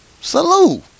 salute